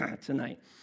tonight